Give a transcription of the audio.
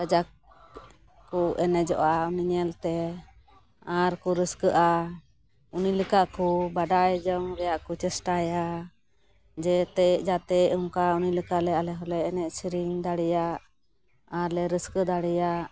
ᱠᱟᱡᱟᱜ ᱠᱚ ᱮᱱᱮᱡᱚᱜᱼᱟ ᱩᱱᱤ ᱧᱮᱞᱛᱮ ᱟᱨ ᱠᱚ ᱨᱟᱹᱥᱠᱟᱹᱜᱼᱟ ᱩᱱᱤᱞᱮᱠᱟ ᱠᱚ ᱵᱟᱰᱟᱭᱡᱚᱝ ᱨᱮᱭᱟᱜ ᱠᱚ ᱪᱮᱥᱴᱟᱭᱟ ᱡᱮᱛᱮ ᱡᱟᱛᱮ ᱚᱱᱠᱟ ᱩᱱᱤ ᱞᱮᱠᱟᱞᱮ ᱟᱞᱮ ᱦᱚᱸᱞᱮ ᱮᱱᱮᱡ ᱥᱤᱨᱤᱧ ᱫᱟᱲᱮᱭᱟᱜ ᱟᱨᱞᱮ ᱨᱟᱹᱥᱠᱟᱹ ᱫᱟᱲᱮᱭᱟᱜ